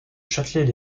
châtelet